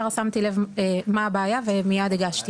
מיד שמתי לב מה הבעיה והגשתי.